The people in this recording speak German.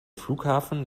flughafen